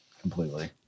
Completely